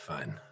Fine